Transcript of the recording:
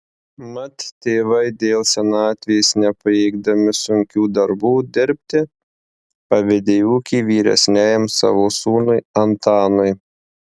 mat tėvai dėl senatvės nepajėgdami sunkių darbų dirbti pavedė ūkį vyresniajam savo sūnui antanui